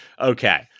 Okay